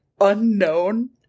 unknown